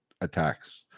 attacks